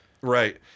right